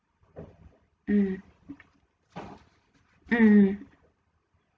mm mm